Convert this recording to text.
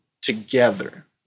together